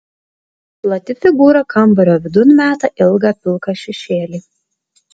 plati figūra kambario vidun meta ilgą pilką šešėlį